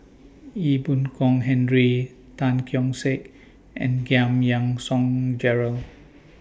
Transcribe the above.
Ee Boon Kong Henry Tan Keong Saik and Giam Yean Song Gerald